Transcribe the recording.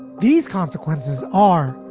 these consequences are,